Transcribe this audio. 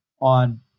on